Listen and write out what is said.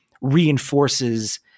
reinforces